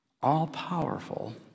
all-powerful